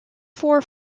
four